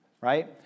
right